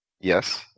Yes